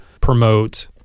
promote